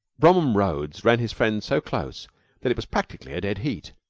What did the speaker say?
bromham rhodes ran his friend so close that it was practically a dead heat.